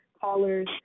callers